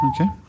Okay